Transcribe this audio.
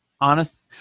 Honest